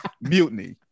Mutiny